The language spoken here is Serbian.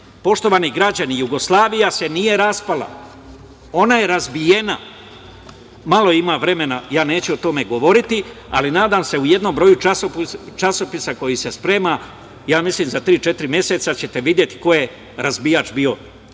poštovani građani, Jugoslavija se nije raspala ona je razbijena. Malo ima vremena, ja neću o tome govoriti, ali nadam se u jednom broju časopisa koji se sprema, ja mislim za tri, četiri meseca ćete videti ko je razbijač bio